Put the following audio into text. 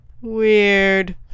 weird